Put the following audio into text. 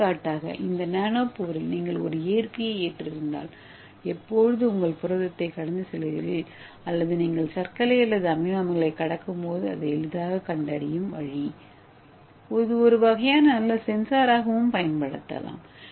எடுத்துக்காட்டாக இந்த நானோபோரில் நீங்கள் ஒரு ஏற்பியைக் கொண்டிருந்தால் எப்போது நீங்கள் புரதத்தை கடந்து செல்கிறீர்கள் அல்லது நீங்கள் சர்க்கரை அல்லது அமினோ அமிலங்களைக் கடக்கும்போது அதை எளிதாகக் கண்டறிய முடியும் வழி இது ஒரு வகையான நல்ல சென்சாராக பயன்படுத்தப்படலாம்